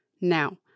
now